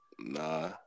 nah